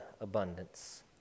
abundance